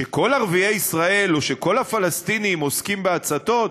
שכל ערביי ישראל או שכל הפלסטינים עוסקים בהצתות?